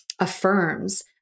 affirms